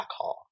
backhaul